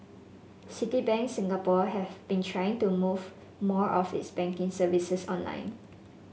Citibank Singapore has been trying to move more of its banking services online